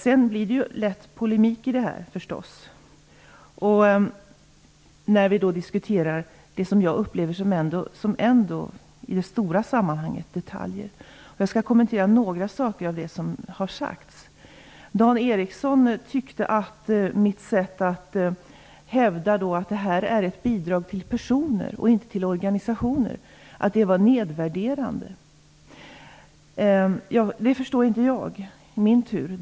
Det blir förstås lätt polemik i den här frågan, när vi diskuterar vad jag ändå uppfattar som detaljer i det stora sammanhanget. Jag skall kommentera något av det som har sagts. Dan Eriksson tyckte att mitt sätt att hävda att lönebidraget är ett bidrag till personer och inte till organisationer var nedvärderande. Det förstår inte jag i min tur.